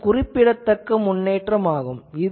இது குறிப்பிடத்தக்க முன்னேற்றம் ஆகும்